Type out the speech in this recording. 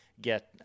Get